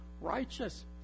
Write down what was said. righteous